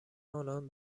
آنان